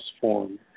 Form